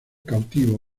cautivo